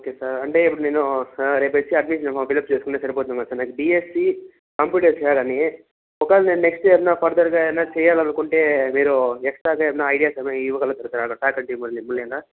okay sir అంటే ఇప్పుడు నేను రేపు వచ్చి అడ్మిషన్ ఫామ్ ఫిలప్ చేసుకుంటే సరిపోతుంది కదా సార్ నాకు బీఎస్సీ కంప్యూటర్స్ కాదని ఒకవేళ నేన్ నెక్స్ట్ ఏదన్నా ఫర్దర్గా ఏదన్నా చేయాలనుకుంటే మీరూ ఎక్స్ట్రాగా ఏమన్నా ఐడియాస్ ఏమన్నా ఇవ్వగలుగుతారా సార్ అక్కడ ఫ్యాకల్టీ